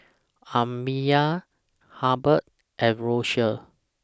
Amiya Halbert and Rosia